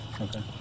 Okay